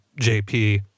JP